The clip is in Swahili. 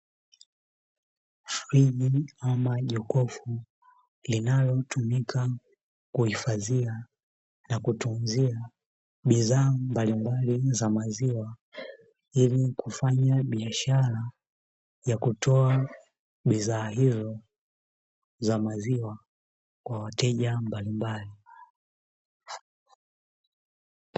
Friji ama jokofu linalotumika kuhifadhia na kutunzia bidhaa mbalimbali za maziwa, ili kufanya biashara ya kutoa bidhaa hizo za maziwa kwa wateja mbalimbali.